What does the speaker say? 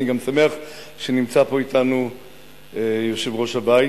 אני גם שמח שנמצא פה אתנו יושב-ראש הבית,